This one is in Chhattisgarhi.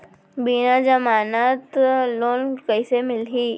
बिना जमानत लोन कइसे मिलही?